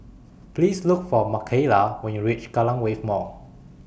Please Look For Makaila when YOU REACH Kallang Wave Mall